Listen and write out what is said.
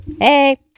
Hey